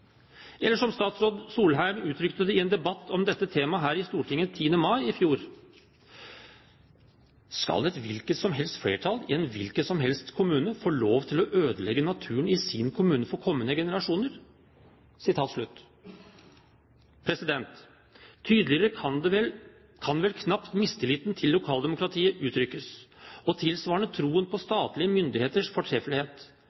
eller, som statsråd Solheim uttrykte det i en debatt om dette temaet her i Stortinget 10. mai i fjor, «skal et hvilket som helst flertall i en hvilken som helst kommune få lov til å ødelegge naturen i sin kommune for kommende generasjoner»? Tydeligere kan vel knapt mistilliten til lokaldemokratiet uttrykkes, og tilsvarende troen på